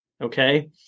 Okay